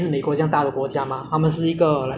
mm 所以我只希望这个病毒可以快点